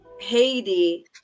Haiti